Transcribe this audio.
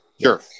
Sure